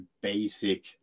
basic